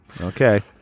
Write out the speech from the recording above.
Okay